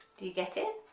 do you get it?